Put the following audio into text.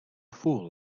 fool